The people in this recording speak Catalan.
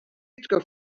que